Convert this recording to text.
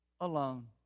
alone